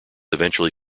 eventually